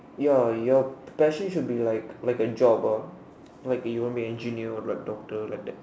ya your passion should be like like a job ah like you want to be engineer or doctor like that